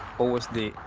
always the